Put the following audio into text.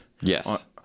Yes